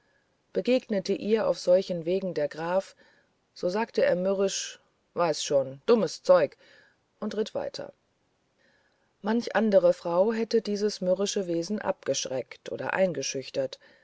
begegnete ihr auf solchen wegen der graf so sagte er mürrisch weiß schon dummes zeug und ritt weiter manch andere frau hätte dieses mürrische wesen abgeschreckt oder eingeschüchtert